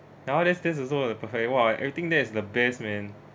nowadays that also will be perfect !wah! everything there is the best man